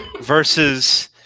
versus